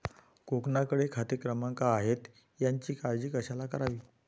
कोणाकडे खाते क्रमांक आहेत याची काळजी कशाला करावी